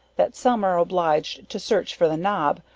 that some are obliged to search for the knob,